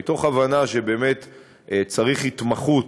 מתוך הבנה שבאמת צריך התמחות